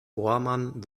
bohrmann